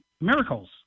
miracles